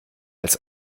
als